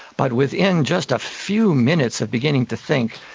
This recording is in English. but within just a few minutes of beginning to think,